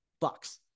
Bucks